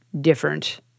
different